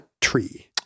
tree